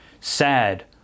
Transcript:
Sad